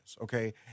okay